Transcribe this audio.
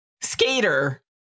skater